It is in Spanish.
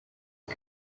hay